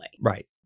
Right